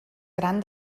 gran